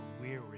weary